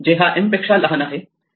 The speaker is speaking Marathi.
J हा M पेक्षा लहान आहे